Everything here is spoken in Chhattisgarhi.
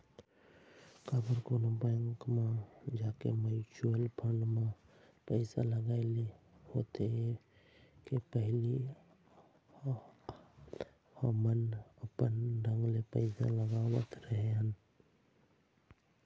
काबर कोनो बेंक म जाके म्युचुअल फंड म पइसा लगाय ले होथे ये के पहिली हमन अपन ढंग ले पइसा लगावत रेहे हन